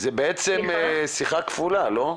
זו בעצם שיחה כפולה, לא?